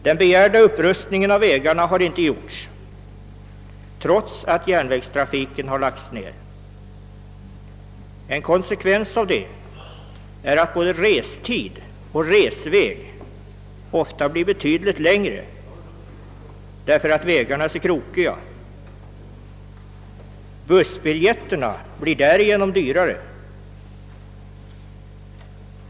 Den begärda upprustningen av vägarna har inte genomförts trots att järnvägstrafiken lagts ned. En konsekvens härav är att både restid och resväg ofta blir betydligt längre eftersom vägarna är krokiga. Bussbiljetterna blir därigenom också dyrare.